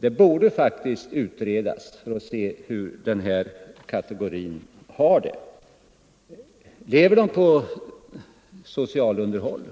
Det borde faktiskt utredas för att man skall få reda på hur den här kategorin har det. Om de lever på socialunderhåll